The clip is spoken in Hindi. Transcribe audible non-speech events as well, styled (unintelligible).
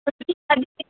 (unintelligible)